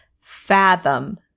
fathom